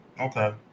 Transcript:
Okay